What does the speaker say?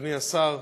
אדוני השר,